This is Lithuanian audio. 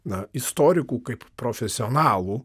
na istorikų kaip profesionalų